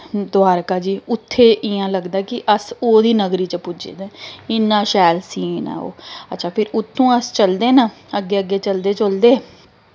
दोआरका जी उत्थें इ'यां लगदा कि अस ओह्दी नगरी च पुज्जे दे इन्ना शैल सीन ऐ ओह् अच्छा फिर उत्थूं फिर अस चलदे न अग्गें अग्गें चलदे चलदे